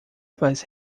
faz